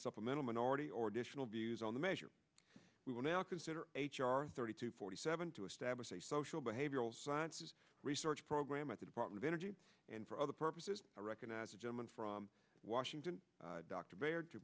supplemental minority or additional views on the measure we will now consider h r thirty to forty seven to establish a social behavioral sciences research program at the department of energy and for other purposes i recognize the gentleman from washington